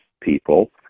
people